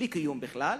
בלי קיום בכלל,